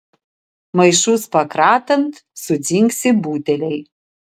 maišus pakratant sudzingsi buteliai